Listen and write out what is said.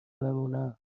بمونم